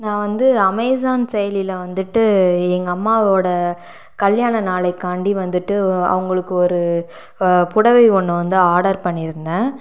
நான் வந்து அமேசான் செயலியில் வந்துவிட்டு எங்கள் அம்மாவோட கல்யாண நாளைக்காண்டி வந்துட்டு அவங்களுக்கு ஒரு புடவை ஒன்று வந்து ஆர்டர் பண்ணிருந்தேன்